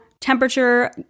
temperature